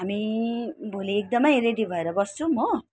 हामी भोलि एकदम रेडी भएर बस्छौँ हो